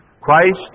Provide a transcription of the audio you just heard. Christ